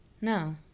no